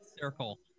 circle